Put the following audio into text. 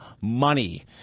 money